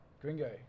gringo